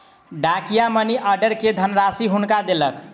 डाकिया money order के धनराशि हुनका देलक